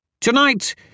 Tonight